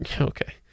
Okay